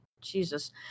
Jesus